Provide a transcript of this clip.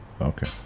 Okay